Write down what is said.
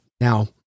Now